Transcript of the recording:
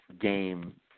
game